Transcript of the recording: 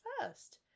first